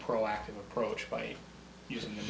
proactive approach by using the